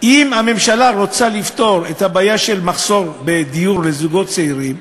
אם הממשלה רוצה לפתור את הבעיה של מחסור בדיור לזוגות צעירים,